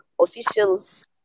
officials